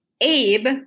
Abe